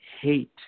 hate